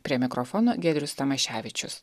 prie mikrofono giedrius tamaševičius